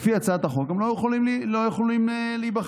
לפי הצעת החוק, הם לא יכולים להיבחר.